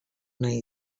nahi